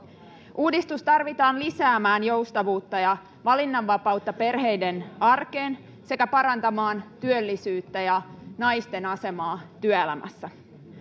uudistus tarvitaan lisäämään joustavuutta ja valinnanvapautta perheiden arkeen sekä parantamaan työllisyyttä ja naisten asemaa työelämässä